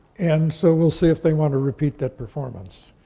and so we'll see if they want to repeat that performance.